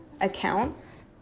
accounts